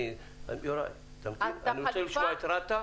אני רוצה לשמוע את רת"ע